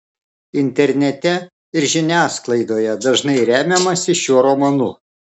internete ir žiniasklaidoje dažnai remiamasi šiuo romanu